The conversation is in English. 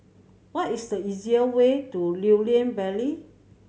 what is the easiest way to Lew Lian Vale